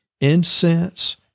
incense